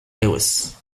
lewis